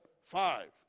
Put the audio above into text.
Five